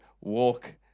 walk